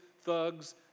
thugs